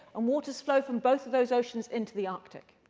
and waters flow from both of those oceans into the arctic.